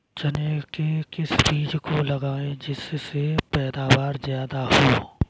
चने के किस बीज को लगाएँ जिससे पैदावार ज्यादा हो?